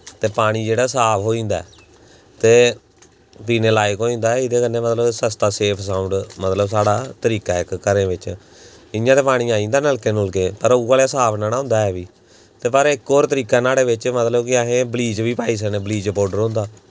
पानी जेह्ड़ा साफ होई जंदा ऐ ते पीने लाइक होई जंदा ऐ इदे कन्नै मतलब सस्ता सेफ साउंड मतलब साढ़ा तरीका ऐ इक घरै बिच्च इ'यां ते पानी आई जंदा नलकें नुलकें पर उऐ नेहा साफ ने ना होंदे ऐ ते पर इक होर तरीका ऐ नाह्ड़े बिच्च मतलब कि असें बलीच बी पाई सकने आं बलीच पौडर होंदा